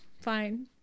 fine